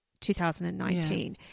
2019